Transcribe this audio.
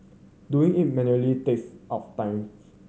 doing it manually takes up time